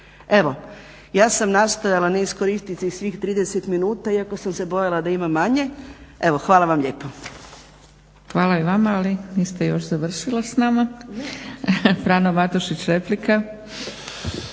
Evo, ja sam nastojala ne iskoristiti svih 30 minuta, iako sam se bojala da ima manje. Evo hvala vam lijepo. **Zgrebec, Dragica (SDP)** Hvala i vama, ali niste još završila sa nama. Frano Matušić, replika.